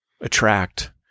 attract